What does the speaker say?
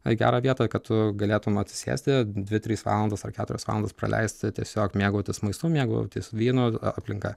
į gerą vietą kad tu galėtum atsisėsti dvi tris valandas ar keturias valandas praleisti tiesiog mėgautis maistu mėgautis vynu aplinka